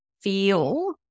feel